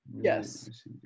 Yes